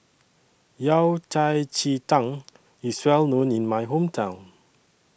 Yao Cai Ji Tang IS Well known in My Hometown